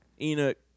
Enoch